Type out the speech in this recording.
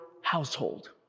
household